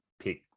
pick